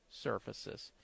surfaces